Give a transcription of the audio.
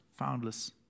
foundless